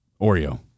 Oreo